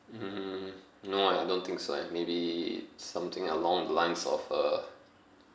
mm no ah I don't think so like maybe something along the lines of uh